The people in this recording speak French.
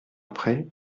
après